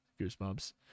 Goosebumps